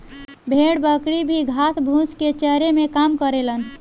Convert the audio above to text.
भेड़ बकरी भी घास फूस के चरे में काम करेलन